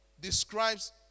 describes